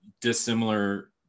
dissimilar